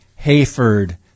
Hayford